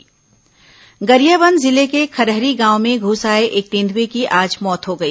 तेंदुआ मौत गरियाबंद जिले के खरहरी गांव में घुस आए एक तेंदुएं की आज मौत हो गई